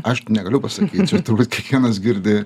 aš negaliu pasakyt turbūt kiekvienas girdi